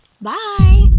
bye